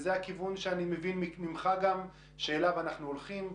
וזה הכיוון שאני מבין גם ממך שאליו אנחנו הולכים.